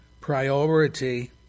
Priority